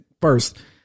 first